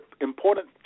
important